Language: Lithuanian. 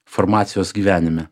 farmacijos gyvenime